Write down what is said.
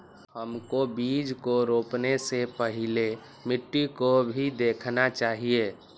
हमको बीज को रोपने से पहले मिट्टी को भी देखना चाहिए?